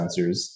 sensors